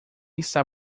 está